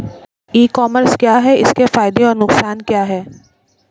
ई commerce क्या है इसके फायदे और नुकसान क्या है?